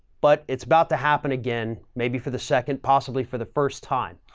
but it's about to happen again maybe for the second, possibly for the first time,